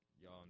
y'all